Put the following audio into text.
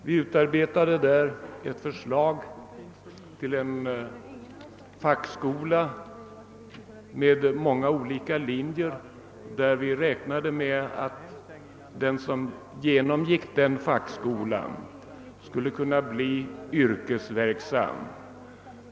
Vi utarbetade därför ett förslag till en fackskola med många olika musiklinjer, och vi räknade med att den som genomgick den fackskolan skulle kunna bli yrkesverksam.